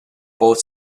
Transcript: both